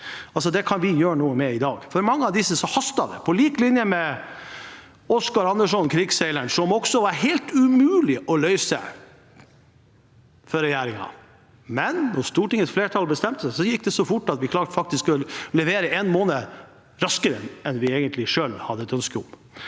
Dette kan vi gjøre noe med i dag. For mange av disse haster det, på lik linje med krigsseileren Oscar Anderson, en sak som også var helt umulig å løse for regjeringen, men da Stortingets flertall bestemte seg, gikk det så fort at vi faktisk klarte å levere en måned raskere enn vi egentlig selv hadde et ønske om.